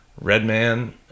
Redman